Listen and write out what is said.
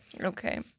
Okay